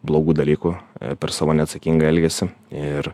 blogų dalykų per savo neatsakingą elgesį ir